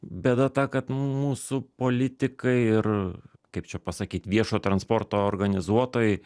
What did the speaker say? bėda ta kad nu mūsų politikai ir kaip čia pasakyt viešojo transporto organizuotojai